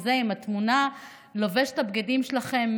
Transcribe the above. עם התמונה: לובש את הבגדים שלכם,